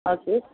हजुर